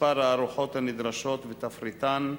מספר הארוחות הנדרשות ותפריטן,